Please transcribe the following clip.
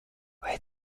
vai